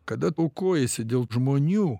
kada aukojiesi dėl žmonių